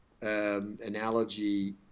analogy